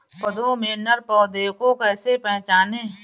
पौधों में नर पौधे को कैसे पहचानें?